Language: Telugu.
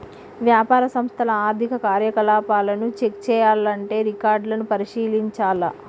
వ్యాపార సంస్థల ఆర్థిక కార్యకలాపాలను చెక్ చేయాల్లంటే రికార్డులను పరిశీలించాల్ల